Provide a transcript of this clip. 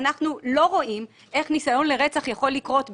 איננו רואים איך דבר כזה יכול לקרות באדישות.